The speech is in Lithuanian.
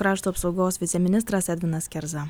krašto apsaugos viceministras edvinas kerza